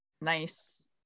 nice